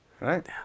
Right